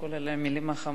על המלים החמות.